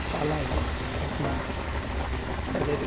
চালায় তখন তাদের